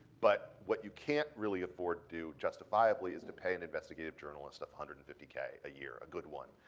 but what you can't really afford do, justifiably, is to pay an investigative journalist of one hundred and fifty k a year, a good one,